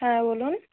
হ্যাঁ বলুন